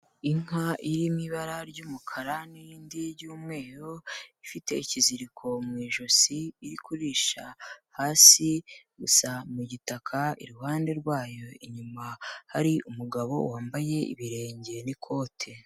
Inka iririmo ibara ry'umukara n'irindi y'umweru, ifite ikiziriko mu ijosi iri kurisha hasi, gusa mu gitaka iruhande rwayo inyuma hari umugabo wambaye ibirenge n'ikote.